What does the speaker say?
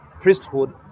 priesthood